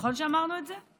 נכון שאמרנו את זה?